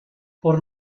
por